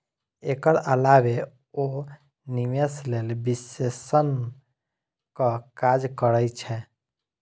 एकर अलावे ओ निवेश लेल विश्लेषणक काज करै छै